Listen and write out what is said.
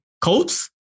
Colts